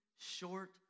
short